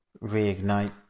reignite